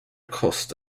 costs